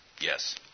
yes